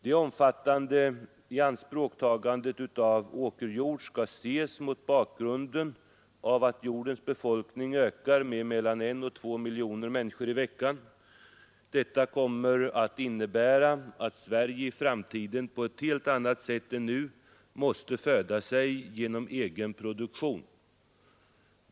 Det omfattande ianspråktagandet av åkerjord skall ses mot bakgrund av att jordens befolkning ökar med mellan en och två miljoner människor i veckan. Detta kommer att innebära att Sverige i framtiden på ett helt annat sätt än nu måste föda sig genom egen produktion.